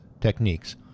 techniques